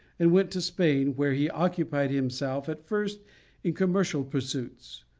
and went to spain, where he occupied himself at first in commercial pursuits.